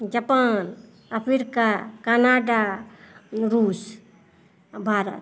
Japan Africa Canada Russia India